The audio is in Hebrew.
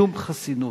שום חסינות.